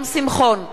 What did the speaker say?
(קוראת בשמות חברי הכנסת) שלום שמחון,